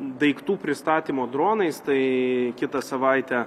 daiktų pristatymo dronais tai kitą savaitę